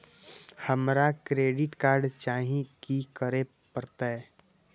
हमरा credit card चाही की करे परतै?